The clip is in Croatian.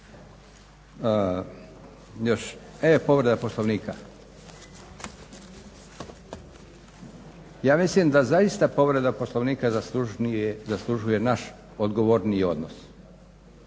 E, povreda Poslovnika. Ja mislim da zaista povreda Poslovnika zaslužuje naš odgovorniji odnos.